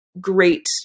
great